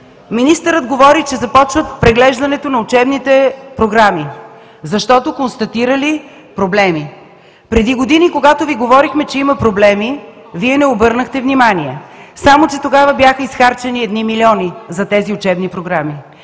Министърът говори, че започват преглеждането на учебните програми, защото констатирали проблеми. Преди години, когато Ви говорехме, че има проблеми, Вие не обърнахте внимание, само че тогава бяха изхарчени едни милиони за тези учебни програми.